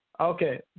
Okay